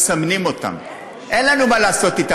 בסביבות מיליארד, 1.2 מיליארד,